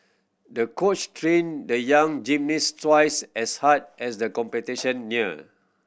the coach trained the young gymnast twice as hard as the competition neared